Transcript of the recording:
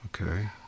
Okay